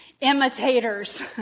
imitators